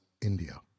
India